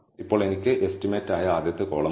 ഇപ്പോൾ എനിക്ക് എസ്റ്റിമേറ്റ് ആയ ആദ്യത്തെ കോളം ഉണ്ട്